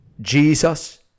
Jesus